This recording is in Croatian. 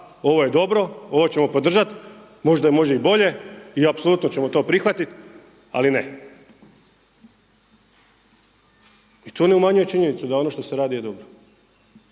ovo je dobro, ovo ćemo podržati, možda može i bolje i apsolutno ćemo to prihvatiti. Ali ne. I to ne umanjuje činjenicu da ono što se radi je dobro.